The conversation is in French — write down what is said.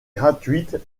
gratuite